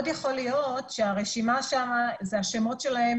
מאוד יכול להיות שהרשימה שם זה השמות שלהם